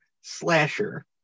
slasher